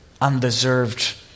undeserved